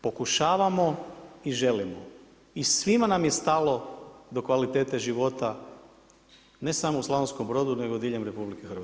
Pokušavamo i želimo i svima nam je stalo do kvalitete života ne samo u Slavonskom Brodu nego diljem RH.